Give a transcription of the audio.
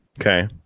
Okay